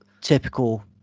typical